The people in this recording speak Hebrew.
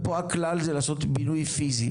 ופה הכלל זה לעשות בינוי פיזי,